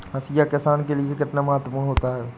हाशिया किसान के लिए कितना महत्वपूर्ण होता है?